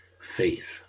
faith